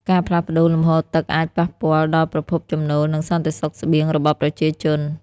ការផ្លាស់ប្តូរលំហូរទឹកអាចប៉ះពាល់ដល់ប្រភពចំណូល និងសន្តិសុខស្បៀងរបស់ប្រជាជន។